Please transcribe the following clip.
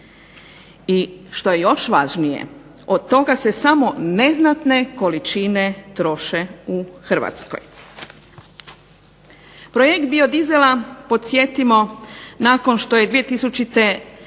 I što je još važnije, od toga se samo neznatne količine troše u Hrvatskoj. Projekt biodizela podsjetimo nakon što je 2000. godine